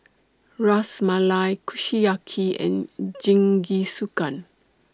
Ras Malai Kushiyaki and Jingisukan